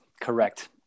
correct